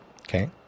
Okay